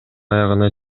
аягына